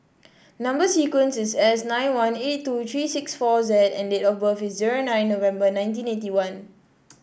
number sequence is S nine one eight two three six four Z and date of birth is zero nine November nineteen eighty one